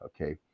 Okay